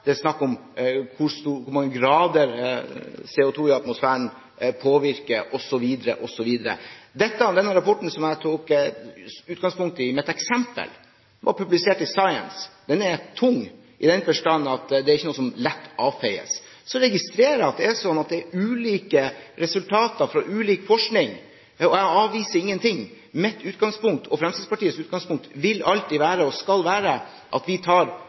det er snakk om effekter, det er snakk om hvor mange grader CO2 i atmosfæren påvirker, osv. Denne rapporten som jeg tok utgangspunkt i, med et eksempel, var publisert i Science. Den er tung, i den forstand at det er ikke noe som lett avfeies. Så registrerer jeg at det er ulike resultater fra ulik forskning, og jeg avviser ingenting. Mitt og Fremskrittspartiets utgangspunkt vil alltid være – og skal være – at vi tar